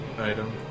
item